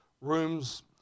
rooms